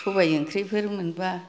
सबाइ ओंख्रिफोर मोनबा